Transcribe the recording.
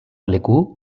leku